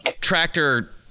tractor